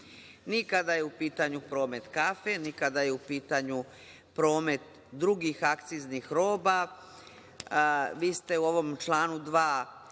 ni kada je u pitanju promet kafe, ni kada je u pitanju promet drugih akciznih roba. Vi ste u ovom članu 2.